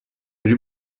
داری